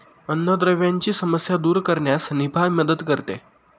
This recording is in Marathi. अन्नद्रव्यांची समस्या दूर करण्यास निफा मदत करते